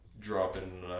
Dropping